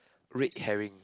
red hairing